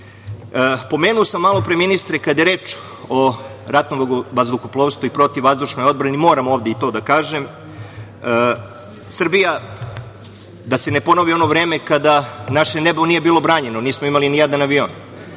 napred. Pomenuo sam malopre, ministre, kada je reč o ratnom vazduhoplovstvu i PVO, moram ovde i to da kažem, Srbija, da se ne ponovi ono vreme kada naše nebo nije bilo branjeno. Nismo imali nijedan avion.